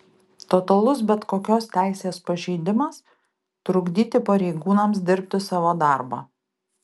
totalus bet kokios teisės pažeidimas trukdyti pareigūnams dirbti savo darbą